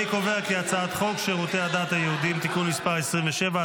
אני קובע כי הצעת חוק הצעת חוק שירותי הדת היהודיים (תיקון מס' 27),